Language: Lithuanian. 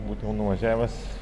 būtų jau nuvažiavęs